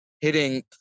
hitting